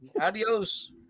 Adios